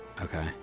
Okay